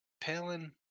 Palin